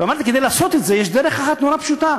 ואמרתי, כדי לעשות את זה יש דרך אחת נורא פשוטה: